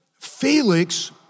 Felix